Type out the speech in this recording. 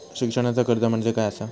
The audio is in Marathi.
शिक्षणाचा कर्ज म्हणजे काय असा?